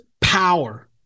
power